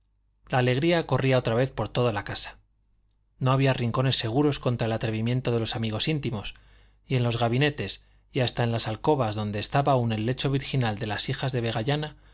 la alegría corría otra vez por toda la casa no había rincones seguros contra el atrevimiento de los amigos íntimos y en los gabinetes y hasta en las alcobas donde estaba aún el lecho virginal de las hijas de